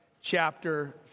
chapter